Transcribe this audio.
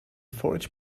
forage